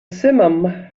simum